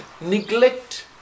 neglect